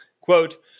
Quote